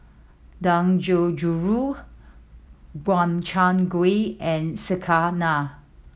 Dangojiru Gobchang Gui and Sekihan